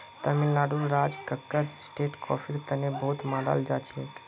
तमिलनाडुर राज कक्कर स्टेट कॉफीर तने बहुत मनाल जाछेक